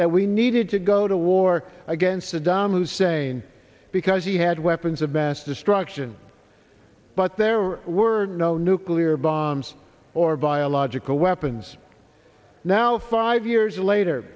that we needed to go to war against saddam hussein because he had weapons of mass destruction but there were no nuclear bombs or biological weapons now five years later